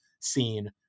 scene